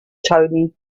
tony